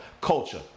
culture